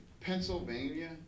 Pennsylvania